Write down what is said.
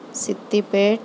ستی پیٹھ